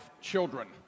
children